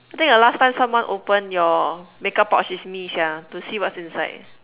I think the last time someone open your make-up pouch is me Sia to see what's inside